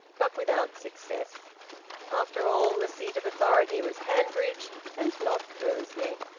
but without success after all, the seat of authority was hanbridge and not bursley.